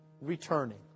returning